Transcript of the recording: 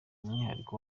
umwihariko